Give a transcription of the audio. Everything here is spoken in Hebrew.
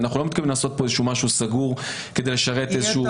אנחנו לא מתכוונים לעשות פה משהו סגור כדי לשרת משהו.